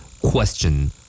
Question